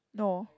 no